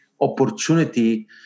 opportunity